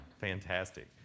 fantastic